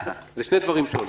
אלה שני דברים שונים.